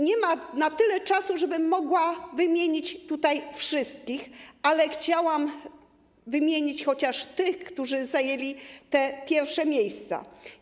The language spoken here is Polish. Nie ma tyle czasu, żebym mogła wymienić tutaj wszystkich, ale chciałam wymienić chociaż tych, którzy zajęli pierwsze miejsca.